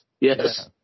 yes